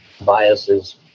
biases